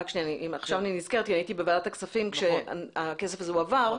עכשיו אני נזכרת כי הייתי בוועדת הכספים כשהכסף הזה הועבר,